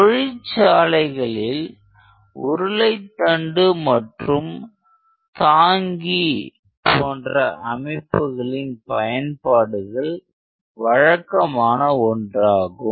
தொழிற்சாலைகளில் உருளைத் தண்டு மற்றும் தாங்கி போன்ற அமைப்புகளின் பயன்பாடுகள் வழக்கமான ஒன்றாகும்